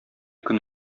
көн